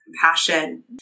compassion